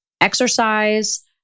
exercise